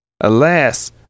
Alas